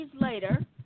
later